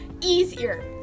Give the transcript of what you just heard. easier